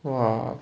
!wah!